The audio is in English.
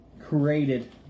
created